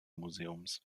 museums